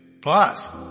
Plus